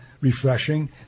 refreshing